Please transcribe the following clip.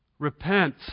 Repent